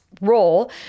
role